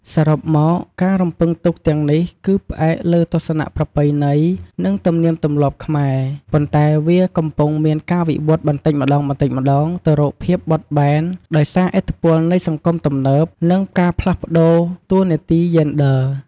សរុបមក ការរំពឹងទុកទាំងនេះគឺផ្អែកលើទស្សនៈប្រពៃណី និងទំនៀមទម្លាប់ខ្មែរ ប៉ុន្តែវាកំពុងមានការវិវត្តបន្តិចម្តងៗទៅរកភាពបត់បែន ដោយសារឥទ្ធិពលនៃសង្គមទំនើប និងការផ្លាស់ប្តូរតួនាទីយេនឌ័រ។